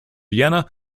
vienna